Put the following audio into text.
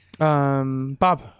Bob